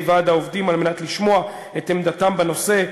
ועד העובדים כדי לשמוע את עמדתם בנושא.